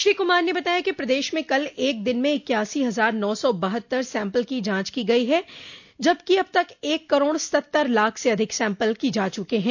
श्री कूमार ने बताया कि प्रदेश में कल एक दिन में इक्यासी हजार नौ सौ बहत्तर सैम्पल की जांच की गई है जबकि अब तक एक करोड़ सत्तर लाख से अधिक सैम्पल की जा चुकी है